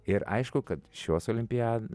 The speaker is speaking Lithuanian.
ir aišku kad šios olimpiados